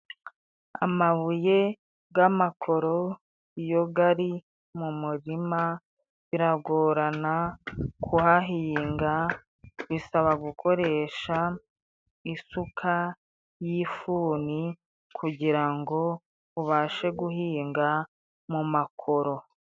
Amabuye bw'amakoro iyo gari mu murima biragorana kuhahinga, bisaba gukoresha isuka y'ifuni kugira ngo ubashe guhinga mu makoro.